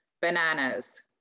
bananas